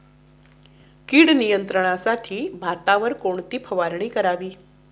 कीड नियंत्रणासाठी भातावर कोणती फवारणी करावी?